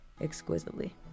exquisitely